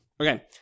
Okay